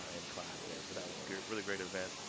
and class there. but that was a really great event.